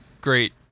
great